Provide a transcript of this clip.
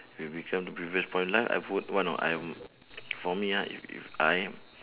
re~ return to previous point lah I would want know I would for me ah if if I